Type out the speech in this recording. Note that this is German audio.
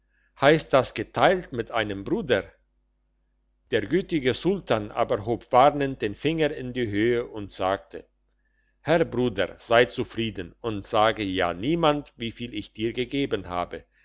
heisst das geteilt mit einem bruder der gütige sultan aber hob warnend den finger in die höhe und sagte herr bruder sei zufrieden und sage ja niemand wieviel ich dir gegeben habe